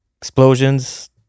explosions